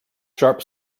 sharp